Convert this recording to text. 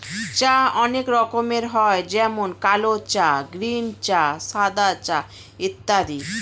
চা অনেক রকমের হয় যেমন কালো চা, গ্রীন চা, সাদা চা ইত্যাদি